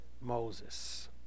Moses